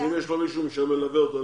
אם יש מישהו שמלווה אותו,